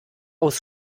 aus